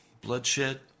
bloodshed